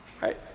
Right